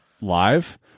live